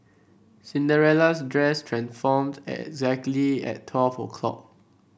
Cinderella's dress transformed exactly at twelve o'clock